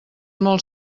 molt